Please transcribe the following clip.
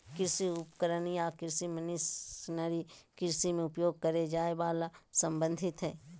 कृषि उपकरण या कृषि मशीनरी कृषि मे उपयोग करे जाए वला से संबंधित हई